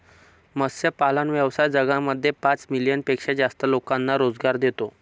मत्स्यपालन व्यवसाय जगामध्ये पाच मिलियन पेक्षा जास्त लोकांना रोजगार देतो